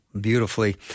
beautifully